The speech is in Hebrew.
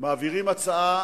מעבירים הצעה,